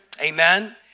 Amen